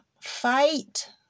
fight